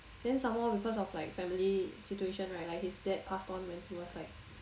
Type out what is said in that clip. then some more because of like family situation right like his dad passed on when he was like